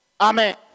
Amen